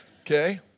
okay